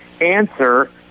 answer